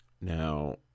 Now